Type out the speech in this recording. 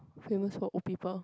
famous for old people